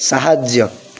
ସାହାଯ୍ୟ